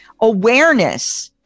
awareness